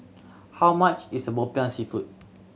how much is Popiah Seafood